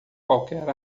qualquer